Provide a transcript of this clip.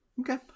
Okay